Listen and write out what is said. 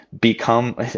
become